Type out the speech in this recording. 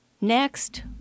Next